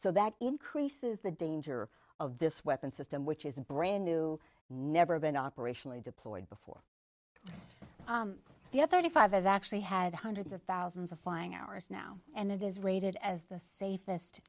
so that increases the danger of this weapon system which is brand new never been operationally deployed before the other to five has actually had hundreds of thousands of flying hours now and it is rated as the safest